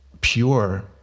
pure